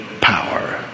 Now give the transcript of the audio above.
power